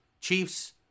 Chiefs